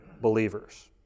believers